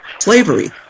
slavery